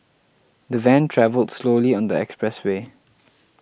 the van travelled slowly on the expressway